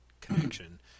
connection